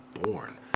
born